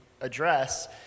address